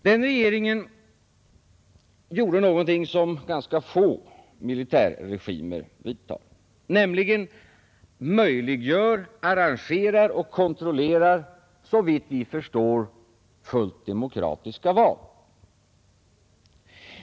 Den regeringen gjorde någonting som ganska få militärregimer gör, nämligen möjliggjorde, arrangerade och kontrollerade, såvitt vi förstår, fullt demokratiska val.